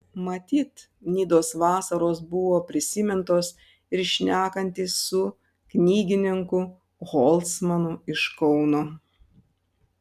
matyt nidos vasaros buvo prisimintos ir šnekantis su knygininku holcmanu iš kauno